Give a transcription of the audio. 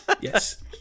Yes